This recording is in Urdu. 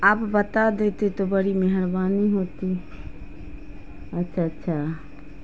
آپ بتا دیتے تو بڑی مہربانی ہوتی اچھا اچھا